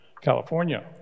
California